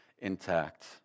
intact